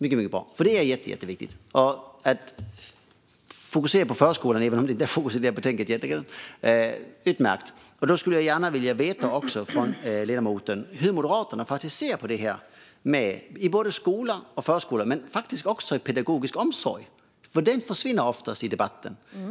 Det är jätteviktigt att fokusera på det. Hur ser Moderaterna på detta i den pedagogiska omsorgen? Den försvinner ofta i debatten.